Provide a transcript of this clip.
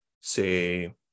say